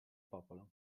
popolo